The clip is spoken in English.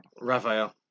Raphael